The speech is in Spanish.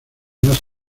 más